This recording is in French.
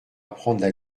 apprendre